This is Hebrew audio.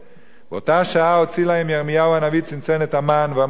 ואותה השעה הוציא להם ירמיהו הנביא צנצנת המן ואמר להם: ראו,